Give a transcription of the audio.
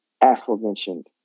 aforementioned